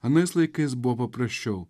anais laikais buvo paprasčiau